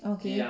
okay